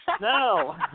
No